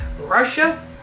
Russia